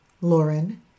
lauren